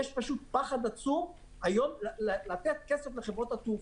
יש פחד עצום לתת כסף לחברות התעופה.